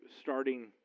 starting